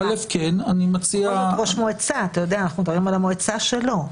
בכל זאת הוא ראש מועצה ואנחנו מדברים על המועצה שלו.